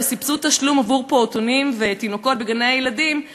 בסבסוד תשלום לפעוטונים עבור תינוקות של עולים,